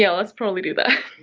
ah let's probably do that